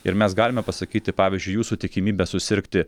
ir mes galime pasakyti pavyzdžiui jūsų tikimybė susirgti